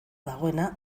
dagoena